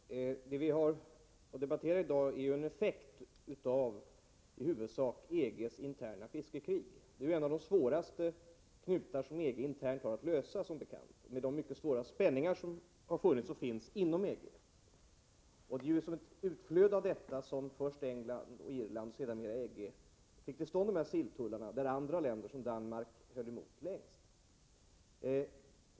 Svenska Herr talman! Vad vi har att debattera i dag är en effekt av i huvudsak EG:s fiskerinäringen interna fiskekrig. Det är som bekant en av de svåraste knutar som EG internt har att lösa upp med de mycket svåra spänningar som har funnits och finns inom EG. Såsom ett utflöde av detta fick först England och Irland och sedermera EG till stånd dessa silltullar, där Danmark höll emot längst.